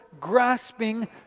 grasping